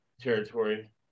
territory